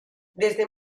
desde